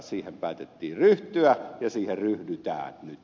siihen päätettiin ryhtyä ja siihen ryhdytään nyt